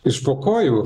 iš po kojų